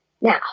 Now